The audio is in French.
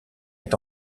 est